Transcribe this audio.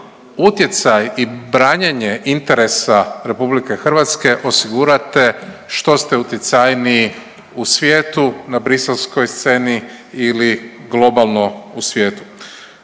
utjecaj i branjenje interesa Republike Hrvatske osigurate što ste utjecajniji u svijetu na briselskoj sceni ili globalno u svijetu.